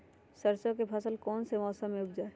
सरसों की फसल कौन से मौसम में उपजाए?